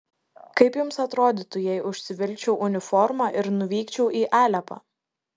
kaip jums atrodytų jei užsivilkčiau uniformą ir nuvykčiau į alepą